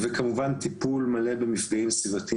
יש צורך בטיפול מלא במפגעים סביבתיים